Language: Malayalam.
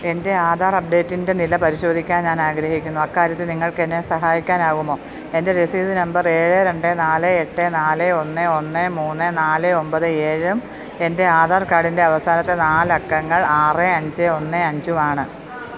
എൻ്റെ ആധാർ അപ്ഡേറ്റിൻ്റെ നില പരിശോധിക്കാൻ ഞാൻ ആഗ്രഹിക്കുന്നു അക്കാര്യത്തിൽ നിങ്ങൾക്ക് എന്നെ സഹായിക്കാനാകുമോ എൻ്റെ രസീത് നമ്പർ ഏഴ് രണ്ട് നാല് എട്ട് നാല് ഒന്ന് ഒന്ന് മൂന്ന് നാല് ഒൻപത് ഏഴും എൻ്റെ ആധാർ കാഡിൻ്റെ അവസാനത്തെ നാലക്കങ്ങൾ ആറ് അഞ്ച് ഒന്ന് അഞ്ചും ആണ്